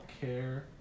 care